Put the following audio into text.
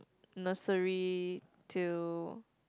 nursery till